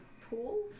pool